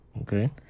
Okay